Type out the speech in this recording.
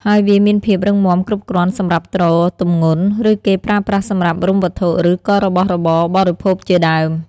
ហើយវាមានភាពរឹងមាំគ្រប់គ្រាន់សម្រាប់ទ្រទម្ងន់ ឬគេប្រើប្រាស់សម្រាប់រុំវត្ងុឬក៏របស់របរបរិភោគជាដើម។